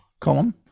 Column